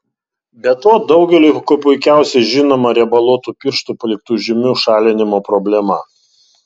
be to daugeliui kuo puikiausiai žinoma riebaluotų pirštų paliktų žymių šalinimo problema